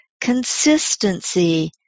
Consistency